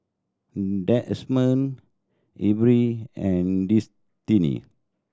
Demond Elby and Destinee